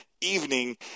evening